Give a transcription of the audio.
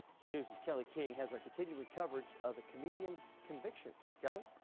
two news' kelley king has our continuing coverage of the comedian's conviction. kelley